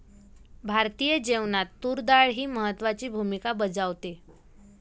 भारतीय जेवणात तूर डाळ ही महत्त्वाची भूमिका बजावते